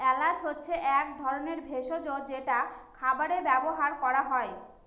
এলাচ হচ্ছে এক ধরনের ভেষজ যেটা খাবারে ব্যবহার করা হয়